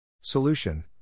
Solution